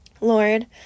Lord